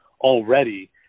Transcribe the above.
already